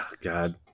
God